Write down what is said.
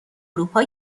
اروپا